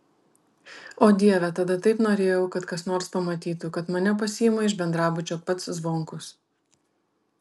o dieve tada taip norėjau kad kas nors pamatytų kad mane pasiima iš bendrabučio pats zvonkus